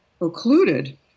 occluded